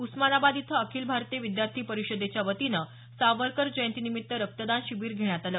उस्मानाबाद इथं अखिल भारतीय विद्यार्थी परिषदेच्या वतीनं सावरकर जयंतीनिमित्त रक्तदान शिबीर घेण्यात आलं